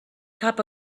cup